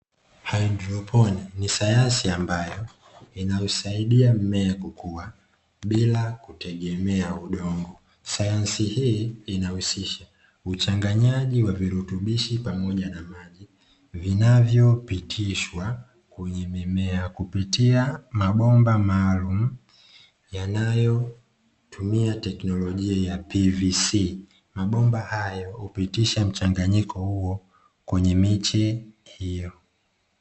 "Hydroponi" ni sayansi ambayo, inayosaidia mmea kukua bila kutegemea udongo, sayansi hii inahusisha, uchanganyaji wa virutubishi pamoja na maji vinavyopitishwa kwenye mimea kupitia mabomba maalumu yanayotumia teknolojia ya "pvc", mabomba hayo hupitisha mchanganyiko huo kwenye miche hiyo.